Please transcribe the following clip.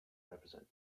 represent